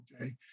okay